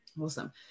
Awesome